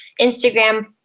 Instagram